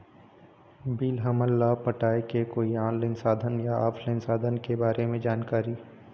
Bill हमन ला पटाए के कोई ऑनलाइन साधन या ऑफलाइन साधन के बारे मे जानकारी?